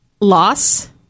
loss